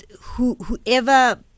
whoever